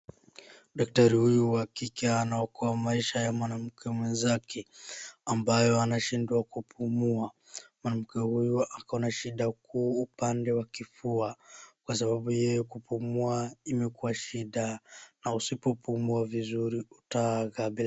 Dakitari huyu wa kike anaokoa maisha ya mwanamke mwenzake ambaye anashindwa kupumua. Mwanamke huyu akona shida kuu upande wa kifua kwa sababu yeye kupumua imekuwa shida na usipopumua vizuri utaaga.